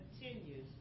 continues